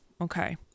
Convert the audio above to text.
okay